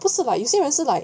就是 like 有些人是 like